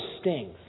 stings